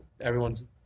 everyone's